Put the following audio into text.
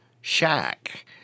shack